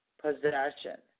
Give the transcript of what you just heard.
possession